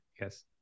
Yes